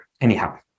anyhow